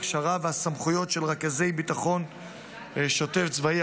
ההכשרה והסמכויות של רכזי ביטחון שוטף צבאי,